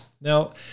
Now